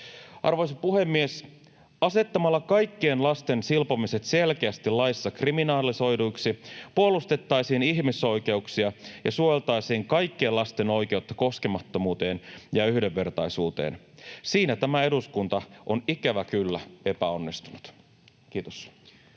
Arvoisa puhemies! Asettamalla kaikkien lasten silpomiset selkeästi laissa kriminalisoiduiksi puolustettaisiin ihmisoikeuksia ja suojeltaisiin kaikkien lasten oikeutta koskemattomuuteen ja yhdenvertaisuuteen. Siinä tämä eduskunta on, ikävä kyllä, epäonnistunut. — Kiitos.